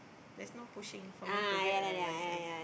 there's no pushing for me to get a licence